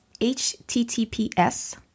https